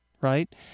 Right